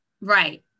Right